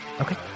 Okay